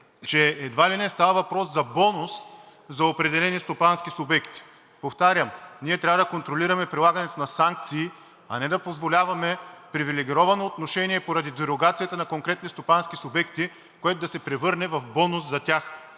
че едва ли не става въпрос за бонус за определени стопански субекти. Повтарям, ние трябва да контролираме прилагането на санкции, а не да позволяваме привилегировано отношение поради дерогацията на конкретни стопански субекти, което да се превърне в бонус за тях.